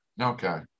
Okay